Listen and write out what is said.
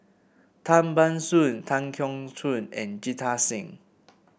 Tan Ban Soon Tan Keong Choon and Jita Singh